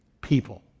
people